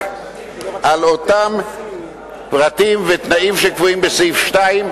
על אותם פרטים ותנאים שקבועים בסעיף 2,